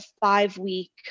five-week